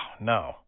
no